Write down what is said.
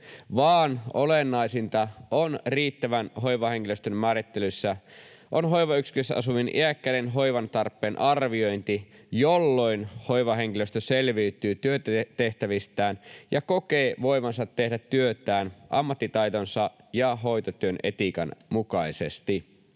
vaan olennaisinta riittävän hoivahenkilöstön määrittelyssä on hoivayksiköissä asuvien iäkkäiden hoivan tarpeen arviointi, jolloin hoivahenkilöstö selviytyy työtehtävistään ja kokee voivansa tehdä työtään ammattitaitonsa ja hoitotyön etiikan mukaisesti.